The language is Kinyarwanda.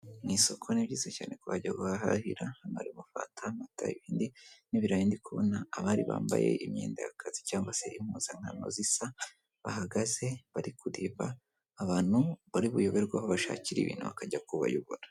Ni isoko ni byiza cyane ku bajya guhahira amata ibindi n'ibirayi ndi kubona abari bambaye imyenda y'akazi cyangwa se impuzankano zisa bahagaze bari kureba abantu bari buyoberwaho bashakira ibintu bakajya kubayobora.